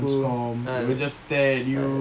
ah ah